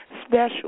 special